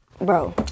Bro